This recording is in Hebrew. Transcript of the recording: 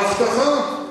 ההבטחה.